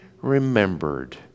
remembered